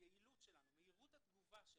היעילות שלנו ומהירות התגובה שלנו,